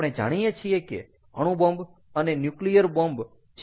આપણે જાણીએ છીએ કે અણુબૉમ્બ અને ન્યુક્લિયર બોમ્બ છે